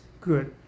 Good